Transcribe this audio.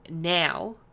now